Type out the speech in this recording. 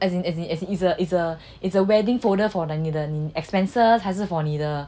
as in as in as in is a is a wedding folder for like 你的 expenses 还是 for 你的